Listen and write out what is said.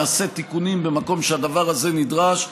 נעשה תיקונים במקום שהדבר נדרש,